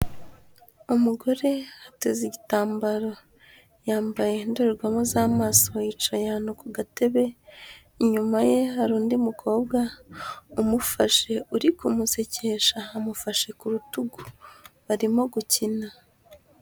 Umugore ateze igitambaro, yambaye indorerwamo z'amaso, yicaye ahantu ku gatebe, inyuma ye hari undi mukobwa umufashe uri kumusekesha, amufashe ku rutugu, barimo gukina.